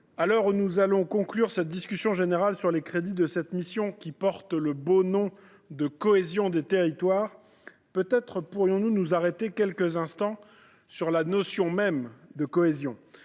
où nous allons conclure la discussion générale sur les crédits de cette mission qui porte le beau nom de « Cohésion des territoires », peut être pourrions nous nous arrêter quelques instants sur la notion même de cohésion.